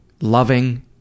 loving